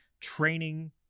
training